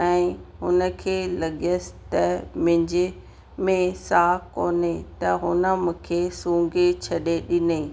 ऐं हुन खे लॻियसि त मुंहिंजे में साहु कोन्हे त हुन मूंखे सूंघी छॾे ॾिनाईं